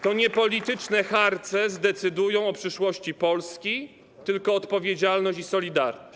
To nie polityczne harce zdecydują o przyszłości Polski, tylko odpowiedzialność i solidarność.